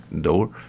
door